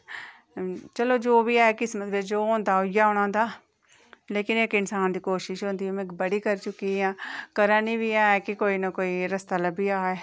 लेकिन जो बी ऐ किस्मत बिच उ'ऐ होना होंदा लेकिन इक्क इन्सान दी कोशिश होंदी कि में बड़ी करी चुकी आं करानी बी ऐं कि कोई ना कोई रस्ता लब्भी जा